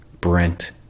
Brent